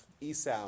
Esau